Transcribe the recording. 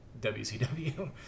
WCW